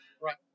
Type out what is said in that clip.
right